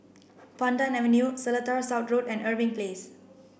Pandan Avenue Seletar South Road and Irving Place